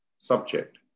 subject